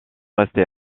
resté